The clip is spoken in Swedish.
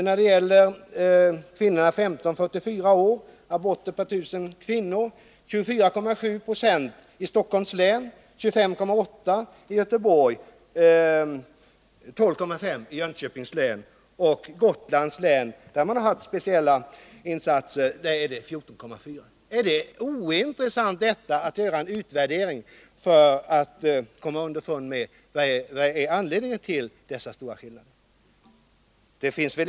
När det gäller kvinnor i åldern 1544 år är aborterna per 1000 kvinnor i Stockholms län 24,7, i Göteborgs kommun 25,8, i Jönköpings län 12,5 och i Gotlands kommun, där man har gjort speciella insatser, 14,4. Är det ointressant att göra en utvärdering för att komma underfund med vad som är anledningen till dessa stora variationer i abortfrekvensen?